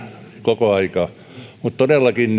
koko aikaa mutta todellakin